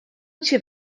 cię